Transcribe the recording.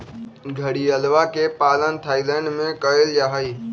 घड़ियलवा के पालन थाईलैंड में कइल जाहई